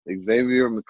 Xavier